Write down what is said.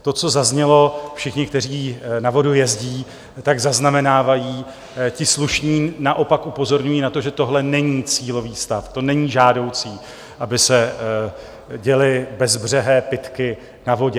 To, co tady zaznělo: Všichni, kteří na vodu jezdí, zaznamenávají, ti slušní naopak upozorňují na to, že tohle není cílový stav, to není žádoucí, aby se děly bezbřehé pitky na vodě.